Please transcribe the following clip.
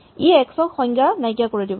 ই X ক সংজ্ঞা নাইকিয়া কৰি দিব